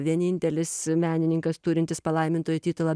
vienintelis menininkas turintis palaimintojo titulą